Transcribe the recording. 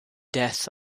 death